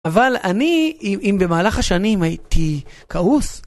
אבל אני, אם במהלך השנים הייתי כעוס...